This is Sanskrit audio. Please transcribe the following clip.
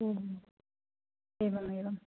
ओहो एवमेव